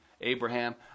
Abraham